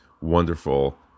wonderful